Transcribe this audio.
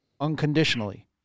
unconditionally